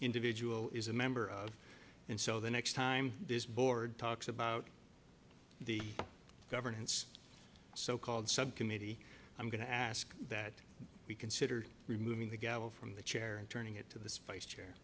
individual is a member of and so the next time this board talks about the governance so called sub committee i'm going to ask that we consider removing the gavel from the chair and turning it to the vice chair